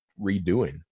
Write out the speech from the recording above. redoing